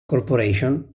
corporation